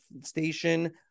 station